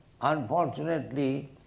Unfortunately